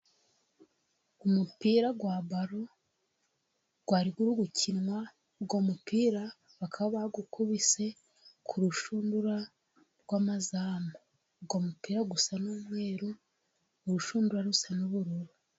Umupira wa baro waruri gukinwa， uwo mupira bakaba bawukubise ku rushundura rw'amazamu. Uwo mupira usa n'umweru，urushundura rusa n'ubururu.